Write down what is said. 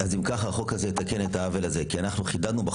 החוק הזה יתקן את העוול הזה כי אנחנו חידדנו ואמרנו